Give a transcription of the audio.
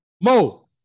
Mo